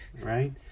right